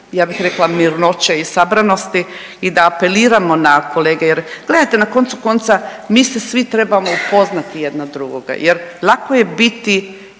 ja bih rekla mirnoće i sabranosti i da apeliramo na kolege jer gledajte na koncu konca mi se svi trebamo upoznati jedno drugoga. Jer lako je biti